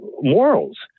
morals